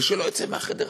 ושלא יצא מהחדר הזה,